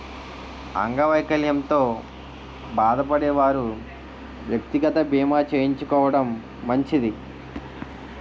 అంగవైకల్యంతో బాధపడే వారు వ్యక్తిగత బీమా చేయించుకోవడం మంచిది